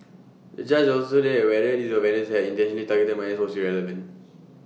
the judge also said that whether these offenders had intentionally targeted minors was irrelevant